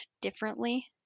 differently